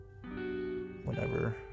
Whenever